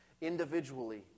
individually